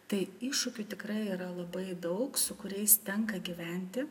tai iššūkių tikrai yra labai daug su kuriais tenka gyventi